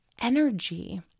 energy